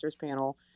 panel